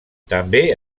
també